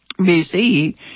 BC